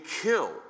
killed